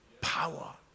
power